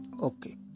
okay